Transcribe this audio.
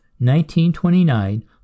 1929